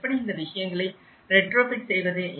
எப்படி இந்த விஷயங்களை ரெட்ரோஃபிட் செய்வது